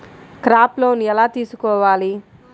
Crop loan ఎలా తీసుకోవాలి?